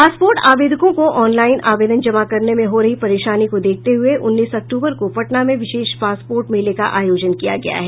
passport आवेदकों को online आवेदन जमा करने में हो रही परेशानी को देखते हुए उन्नीस अक्टूबर को पटना में विशेष पासपोर्ट मेला का आयोजन किया गया है